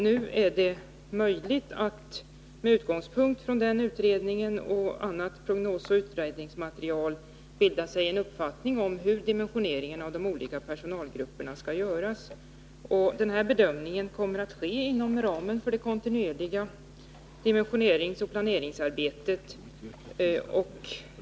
Nu är det möjligt att med utgångspunkt från den utredningen och annat prognosoch utredningsmaterial bilda sig en uppfattning om hur dimensioneringen av de olika personalgrupperna skall göras. Den bedömningen kommer att ske inom ramen för det kontinuerliga dimensioneringsoch planeringsarbetet.